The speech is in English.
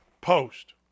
post